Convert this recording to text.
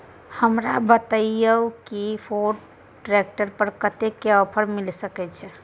हमरा ई बताउ कि फोर्ड ट्रैक्टर पर कतेक के ऑफर मिलय सके छै?